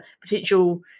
potential